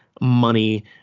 money